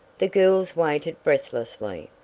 the girls waited breathlessly.